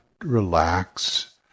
Relax